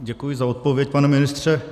Děkuji za odpověď, pane ministře.